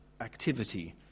activity